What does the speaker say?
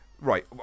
right